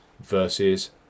versus